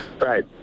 Right